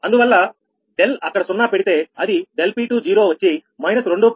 అందువల్ల అక్కడ సున్నా పెడితే అది ∆P20 వచ్చి −2